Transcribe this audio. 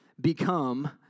become